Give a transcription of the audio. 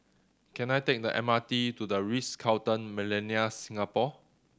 can I take the M R T to The Ritz Carlton Millenia Singapore